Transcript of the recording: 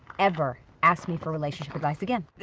ever, ask me for relationship advice again. that